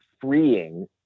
freeing